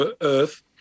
earth